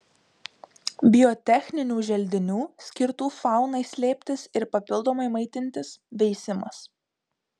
biotechninių želdinių skirtų faunai slėptis ir papildomai maitintis veisimas